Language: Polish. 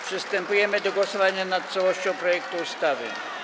Przystępujemy do głosowania nad całością projektu ustawy.